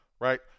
Right